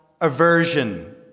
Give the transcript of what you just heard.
aversion